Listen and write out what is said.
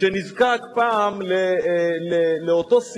אני לחצתי, וזה לא נרשם.